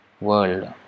world